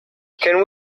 can